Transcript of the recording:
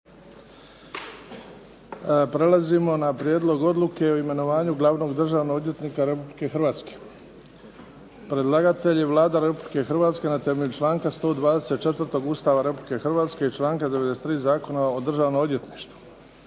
Prelazimo na - Prijedlog odluke o imenovanju glavnog državnog odvjetnika Republike Hrvatske Predlagatelj je Vlada Republike Hrvatske na temelju članka 124. Ustava Republike Hrvatske i članka 93. Zakona o Državnom odvjetništvu.